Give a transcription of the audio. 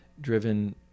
driven